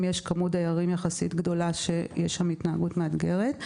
יש כמות דיירים יחסית גדולה בה יש התנהגות מאתגרת.